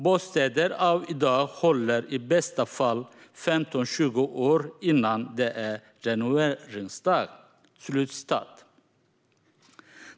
Bostäder av i dag håller i bästa fall 15-20 år innan det är renoveringsdags.